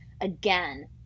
again